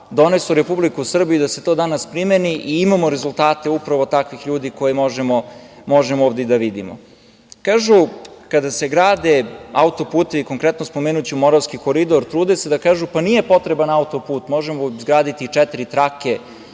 donesu u Republiku Srbiju i da se to danas primeni. Imamo rezultate upravo takvih ljudi koje možemo ovde i da vidimo. Kažu kada se grade auto-putevi, konkretno ću spomenuti Moravski Koridor, trude se da kažu – pa, nije potreban auto-put, možemo izgraditi i četiri trake.